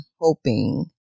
hoping